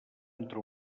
entre